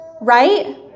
right